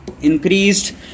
Increased